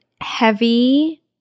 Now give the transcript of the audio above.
heavy